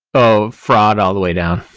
oh! fraud, all the way down